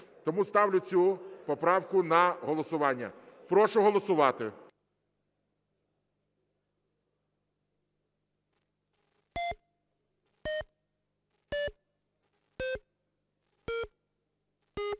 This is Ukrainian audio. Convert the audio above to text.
Тому ставлю цю поправку на голосування. Прошу голосувати.